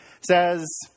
says